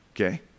okay